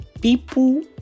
people